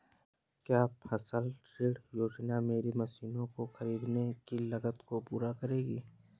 क्या फसल ऋण योजना मेरी मशीनों को ख़रीदने की लागत को पूरा करेगी?